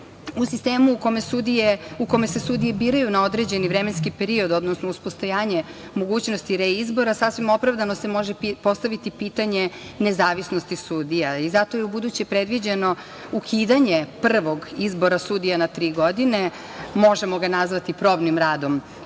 U sistemu u kome se sudije biraju na određeni vremenski period, odnosno uz postojanje mogućnosti reizbora, sasvim opravdano se može postaviti pitanje nezavisnosti sudija. Zato je ubuduće predviđeno ukidanje prvog izbora sudija na tri godine, možemo ga nazvati probnim radom